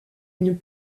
une